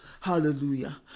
Hallelujah